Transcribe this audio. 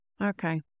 Okay